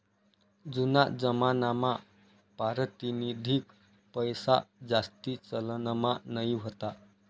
जूना जमानामा पारतिनिधिक पैसाजास्ती चलनमा नयी व्हता